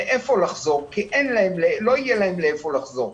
כי לא יהיה להם לאן לחזור.